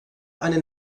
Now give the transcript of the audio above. einen